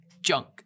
Junk